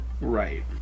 Right